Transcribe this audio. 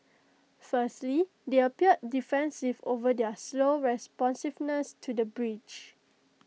firstly they appeared defensive over their slow responsiveness to the breach